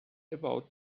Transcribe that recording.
about